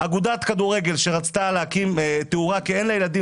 אגודת כדורגל שרצתה להקים תאורה לילדים